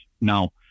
Now